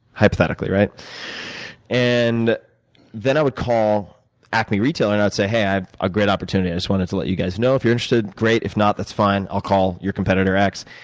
hypothetically. and then, i would call acme retail, and i'd say, hey, i have a great opportunity. i just want and to let you guys know, if you're interested, great if not, that's fine. i'll call your competitor x.